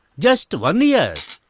just one year.